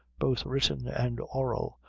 both written and oral,